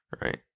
Right